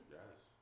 Yes